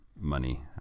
money